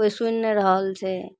कोइ सुनि नहि रहल छै